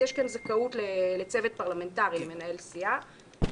אז יש כאן זכאות לצוות פרלמנטרי, למנהל סיעה.